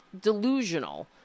delusional